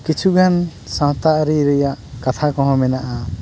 ᱠᱤᱪᱷᱩ ᱜᱟᱱ ᱥᱟᱶᱛᱟ ᱟᱹᱨᱤ ᱨᱮᱭᱟᱜ ᱠᱟᱛᱷᱟ ᱠᱚᱦᱚᱸ ᱢᱮᱱᱟᱜᱼᱟ